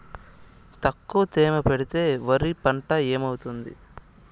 తక్కువ తేమ పెడితే వరి పంట ఏమవుతుంది